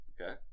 Okay